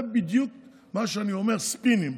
זה בדיוק מה שאני אומר: ספינים.